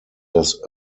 das